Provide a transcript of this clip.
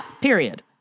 Period